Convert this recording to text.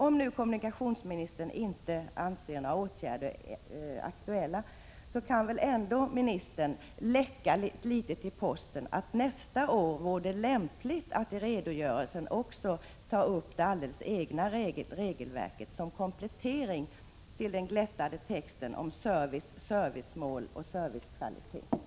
Om nu kommunikationsministern inte anser att några åtgärder är aktuella kan han väl ändå ”läcka” litet till posten att det nästa år vore lämpligt att i redogörelsen också ta upp det alldeles egna regelsystemet som komplettering till den glättade texten om service, servicemål och servicekvalitet.